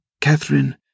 Catherine